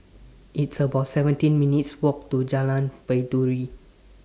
It's about seventeen minutes' Walk to Jalan Baiduri